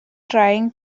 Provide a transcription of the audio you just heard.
trying